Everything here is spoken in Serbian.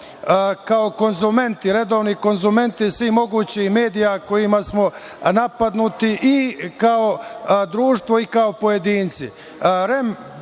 kao konzumenti, redovni konzumenti svih mogućih medijama kojima su napadnuti i kao društvo i kao pojedinci. Prema